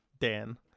Dan